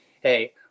hey